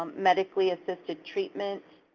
um medically assisted treatments